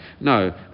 No